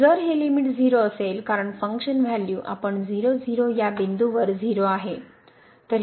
जर हे लिमिट 0 असेल कारण फंक्शन व्हॅल्यू आपण 0 0या बिंदूवर 0 आहे